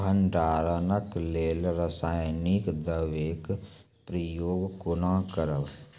भंडारणक लेल रासायनिक दवेक प्रयोग कुना करव?